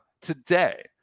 today